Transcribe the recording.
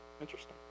Interesting